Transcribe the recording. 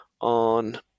on